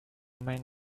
man